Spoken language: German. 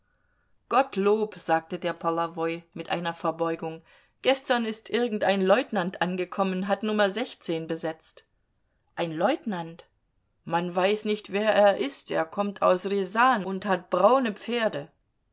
gottlob sagte der polowoj mit einer verbeugung gestern ist irgendein leutnant angekommen hat nummer sechzehn besetzt ein leutnant man weiß nicht wer er ist er kommt aus rjasan und hat braune pferde